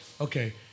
Okay